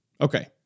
Okay